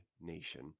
nation